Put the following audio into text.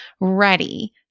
ready